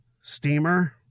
steamer